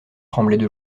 tremblaient